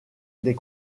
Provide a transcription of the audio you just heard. des